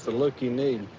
look you need.